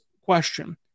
question